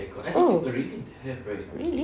oh really